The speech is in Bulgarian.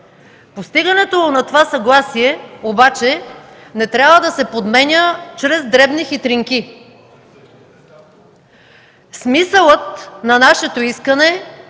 Постигането на това съгласие обаче не трябва да се подменя чрез дребни хитринки. Смисълът на нашето искане